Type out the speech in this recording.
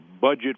budget